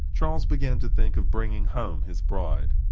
charles began to think of bringing home his bride.